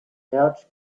couch